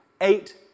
eight